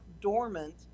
dormant